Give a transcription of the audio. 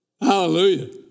hallelujah